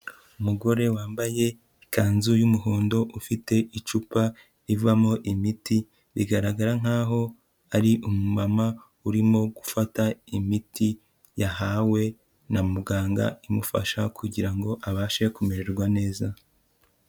Umugore wambaye ikanzu y'umuhondo, ufite icupa rivamo imiti bigaragara nk'aho ari umumama urimo gufata imiti yahawe na muganga imufasha kugira ngo abashe kumererwa neza.